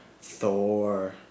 Thor